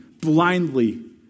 blindly